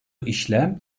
işlem